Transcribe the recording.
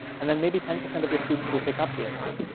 and then maybe ten percent of your students will pick up the essay.